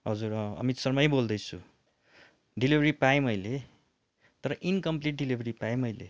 हजुर अँ अमित शर्मै बोल्दैछु डेलिभरी पाएँ मैले तर इन्कम्प्लिट डेलिभरी पाएँ मैले